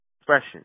expression